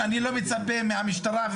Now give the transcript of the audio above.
אני לא מצפה מהמשטרה,